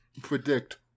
predict